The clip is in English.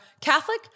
Catholic